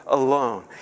alone